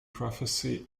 prophecy